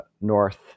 North